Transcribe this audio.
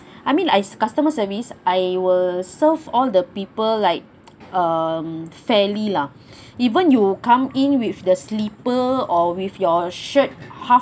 I mean as customer service I will serve all the people like um fairly lah even you come in with the slipper or with your shirt half